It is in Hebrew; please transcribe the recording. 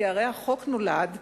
כי הרי החוק נולד,